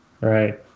right